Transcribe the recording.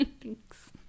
Thanks